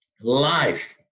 life